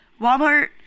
Walmart